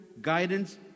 guidance